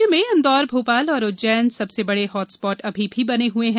राज्य में इंदौर भोपाल और उज्जैन सबसे बड़े हाटस्पाट अभी भी बने हुए हैं